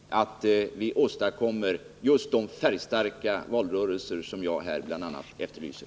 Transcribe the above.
Vad kan vi göra för att åstadkomma just de färgstarka valrörelser som jag här bl.a. efterlyser?